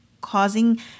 causing